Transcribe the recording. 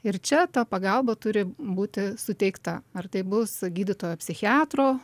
ir čia ta pagalba turi būti suteikta ar tai bus gydytojo psichiatro